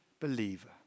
believer